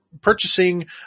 purchasing